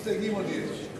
כמה מסתייגים עוד יש?